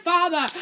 Father